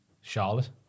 Charlotte